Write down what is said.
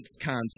concept